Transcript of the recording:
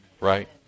Right